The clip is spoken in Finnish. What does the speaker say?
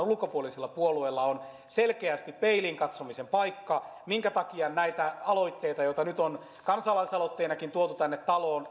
ulkopuolisilla puolueilla on selkeästi peiliin katsomisen paikka minkä takia näitä aloitteita joita nyt on kansalaisaloitteenakin tuotu tänne taloon